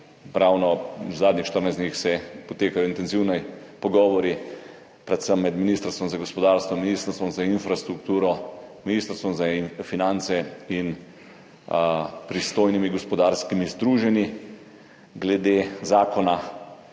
ravno v zadnjih 14 dneh potekajo intenzivni pogovori predvsem med Ministrstvom za gospodarski razvoj in tehnologijo, Ministrstvom za infrastrukturo, Ministrstvom za finance in pristojnimi gospodarskimi združenji glede zakona,